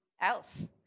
else